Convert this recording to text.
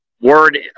word